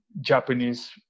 Japanese